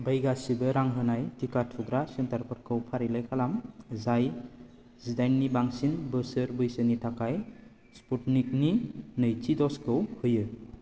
बै गासिबो रां होनाय टिका थुग्रा सेन्टारफोरखौ फारिलाइ खालाम जाय जिदाइननि बांसिन बोसोर बैसोनि थाखाय स्पुटनिकनि नैथि ड'जखौ होयो